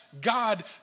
God